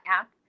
app